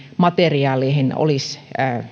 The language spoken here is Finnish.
materiaaleihin olisi